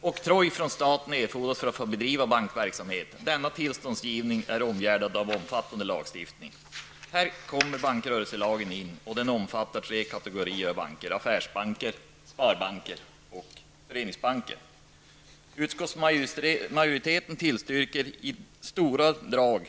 Oktroj från staten erfordras för att få bedriva bankverksamheten. Denna tillståndsgivning är omgärdad av omfattande lagstiftning. Här kommer bankrörelselagen in, och den omfattar tre kategorier av banker -- affärsbanker, sparbanker och föreningsbanker. Utskottsmajoriteten tillstyrker i det stora hela